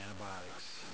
Antibiotics